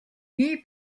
nii